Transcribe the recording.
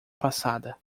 passada